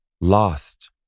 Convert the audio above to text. lost